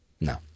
No